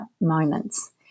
moments